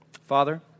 Father